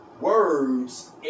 words